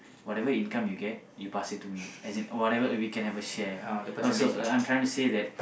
whatever income you get you pass it to me as in whatever we can have a share uh so I'm trying to say that